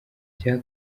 icya